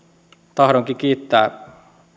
tahdonkin kiittää